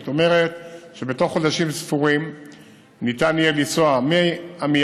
זאת אומרת שבתוך חודשים ספורים ניתן יהיה לנסוע מעמיעד,